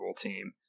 team